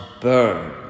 burn